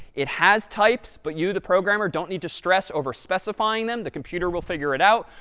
it has types, but you, the programmer, don't need to stress over specifying them. the computer will figure it out.